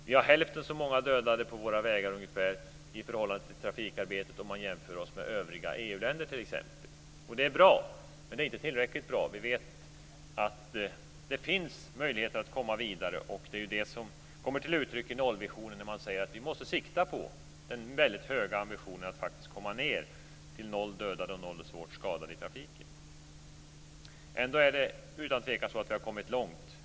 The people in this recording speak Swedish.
Vi har hälften så många dödade på våra vägar i förhållande till trafikarbetet om man jämför oss med t.ex. övriga EU-länder. Det är bra, men det är inte tillräckligt bra. Vi vet att det finns möjligheter att komma vidare. Det är det som kommer till uttryck i nollvisionen när man säger att vi måste sikta på den väldigt höga ambitionen att faktiskt komma ned till noll dödade och noll svårt skadade i trafiken. Ändå är det utan tvivel så att vi har kommit långt.